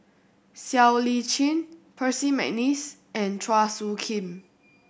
Siow Lee Chin Percy McNeice and Chua Soo Khim